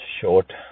short